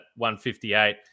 158